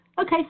Okay